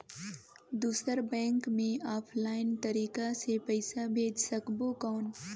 दुसर बैंक मे ऑफलाइन तरीका से पइसा भेज सकबो कौन?